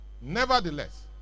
Nevertheless